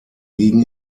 liegen